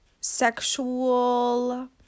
sexual